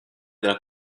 della